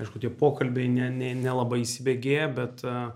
aišku tie pokalbiai ne ne nelabai įsibėgėja bet